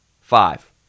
five